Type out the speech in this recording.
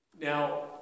Now